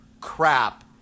crap